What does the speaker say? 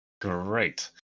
Great